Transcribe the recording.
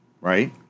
right